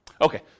Okay